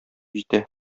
җитә